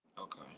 Okay